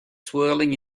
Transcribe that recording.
swirling